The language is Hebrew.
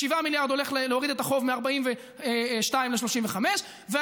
7 מיליארד הולכים להוריד את החוב מ-42 מיליארד שקל ל-35 מיליארד שקל,